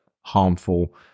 harmful